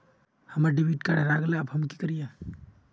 हमर debit card हरा गेले अब हम की करिये?